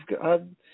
God